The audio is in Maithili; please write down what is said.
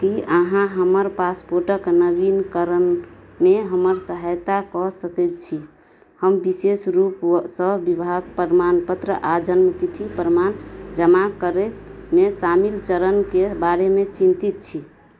कि अहाँ हमर पासपोर्टके नवीनकरणमे हमर सहायता कऽ सकै छी हम विशेष रूपसँ विभाग प्रमाणपत्र आओर जनमतिथि प्रमाण जमा करैमे शामिल चरणके बारेमे चिन्तित छी